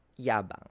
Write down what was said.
Yabang